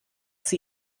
sie